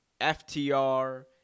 FTR